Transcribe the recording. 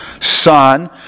Son